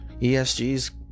ESGs